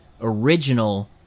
original